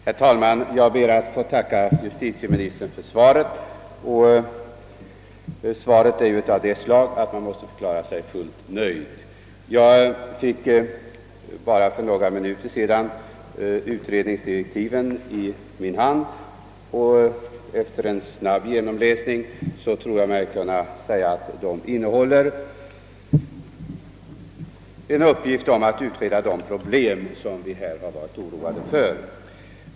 Herr talman! Jag ber att få tacka justitieministern för svaret. Svaret är av det slag att man måste förklara sig fullt nöjd. Jag fick bara för några minuter sedan utredningsdirektiven i min hand, och efter en snabb genomläsning tror jag mig kunna säga, att de går ut på att utreda just de problem som vi här har varit oroade för.